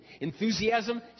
Enthusiasm